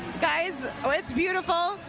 guys. ah it's beautiful.